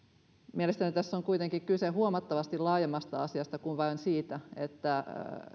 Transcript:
mielestäni tässä on kuitenkin kyse huomattavasti laajemmasta asiasta kuin vain siitä